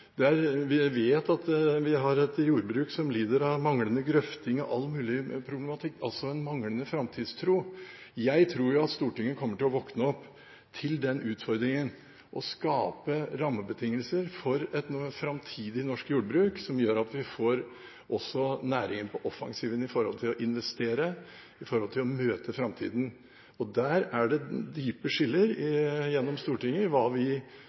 vet at vi har et jordbruk som lider under manglende grøfting og all mulig problematikk, altså en manglende framtidstro. Jeg tror at Stortinget kommer til å våkne opp til den utfordringen og skape rammebetingelser for et framtidig norsk jordbruk, som gjør at vi også får næringen på offensiven med hensyn til å investere, med hensyn til å møte framtida. Der er det dype skiller gjennom Stortinget i hva vi ser som det beste for det, men jeg har nå fortsatt tro på at vi